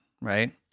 right